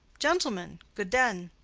gentlemen, good den.